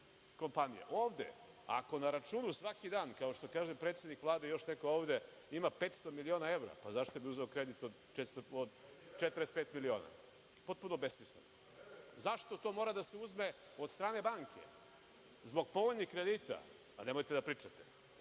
kompanije. Ovde, ako na računu svaki dan kao što kaže predsednik Vlade i još neko ovde, ima 500 miliona evra, zašto bi uzeo kredit od 45 miliona? Potpuno besmisleno. Zašto to mora da se uzme od strane banke? Zbog povoljnih kredita? Nemojte da pričate.